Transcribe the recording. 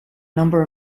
number